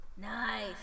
Nice